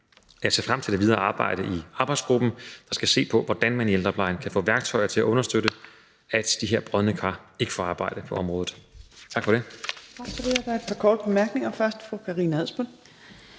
Jeg ser frem til det videre arbejde i arbejdsgruppen, der skal se på, hvordan man i ældreplejen kan få værktøjer til at understøtte, at de her brodne kar ikke får arbejde på området. Tak for det.